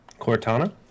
Cortana